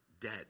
dead